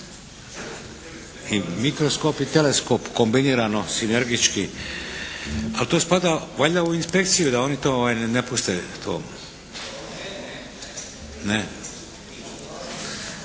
i mikroskop i teleskop kombinirano sinergički. Ali to spada valjda u inspekciju da oni to ne puste to.